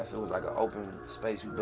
it was like an open space.